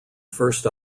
first